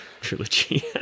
trilogy